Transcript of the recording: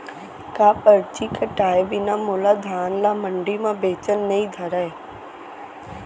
का परची कटाय बिना मोला धान ल मंडी म बेचन नई धरय?